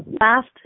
last